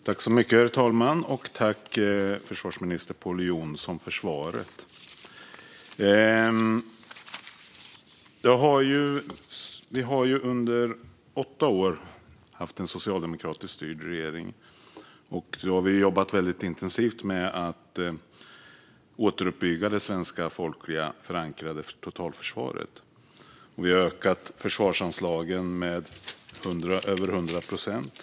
Herr talman! Tack, försvarsminister Pål Jonson, för svaret! Vi har under åtta år haft en socialdemokratiskt styrd regering, och då har vi jobbat väldigt intensivt med att återuppbygga det svenska folkligt förankrade totalförsvaret. Vi har ökat försvarsanslagen med över 100 procent.